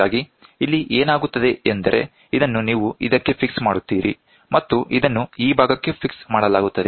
ಹಾಗಾಗಿ ಇಲ್ಲಿ ಏನಾಗುತ್ತದೆ ಎಂದರೆ ಇದನ್ನು ನೀವು ಇದಕ್ಕೆ ಫಿಕ್ಸ್ ಮಾಡುತ್ತೀರಿ ಮತ್ತು ಇದನ್ನು ಈ ಭಾಗಕ್ಕೆ ಫಿಕ್ಸ್ ಮಾಡಲಾಗುತ್ತದೆ